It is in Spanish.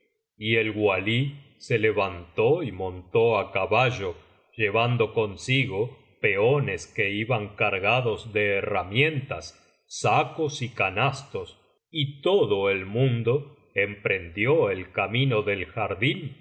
y el walí se levantó y montó á caballo llevando consigo peones que iban cargados de herramientas sacos y canastos y todo el mundo emprendió el camino del jardín